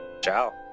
Ciao